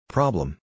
Problem